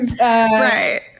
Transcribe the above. Right